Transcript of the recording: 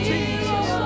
Jesus